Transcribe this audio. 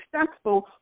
successful